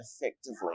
effectively